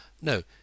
No